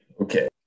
Okay